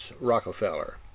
Rockefeller